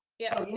yeah.